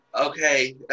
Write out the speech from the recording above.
okay